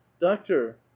doctor